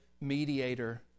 mediator